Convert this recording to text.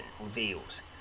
reveals